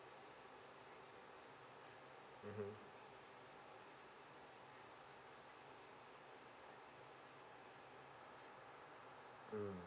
mmhmm mm